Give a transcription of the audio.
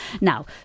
Now